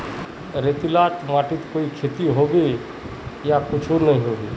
रेतीला माटित कोई खेती होबे सकोहो होबे?